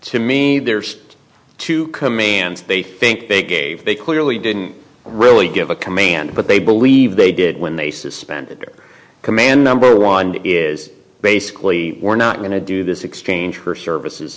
to me there's two commands they think big gave they clearly didn't really give a command but they believe they did when they suspended their command number one is basically we're not going to do this exchange for services